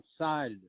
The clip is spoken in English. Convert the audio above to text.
outside